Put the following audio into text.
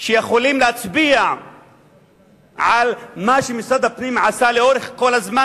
שיכולים להצביע על מה שמשרד הפנים עשה כל הזמן